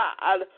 God